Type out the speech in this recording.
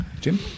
Jim